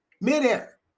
Midair